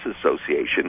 Association